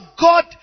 God